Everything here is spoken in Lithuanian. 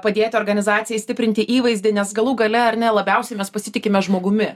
padėti organizacijai stiprinti įvaizdį nes galų gale ar ne labiausiai mes pasitikime žmogumi